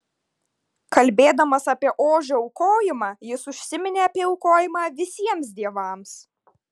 kalbėdamas apie ožio aukojimą jis užsiminė apie aukojimą visiems dievams